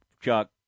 Chuck